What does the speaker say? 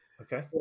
Okay